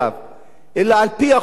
אלא על-פי החוק הישראלי,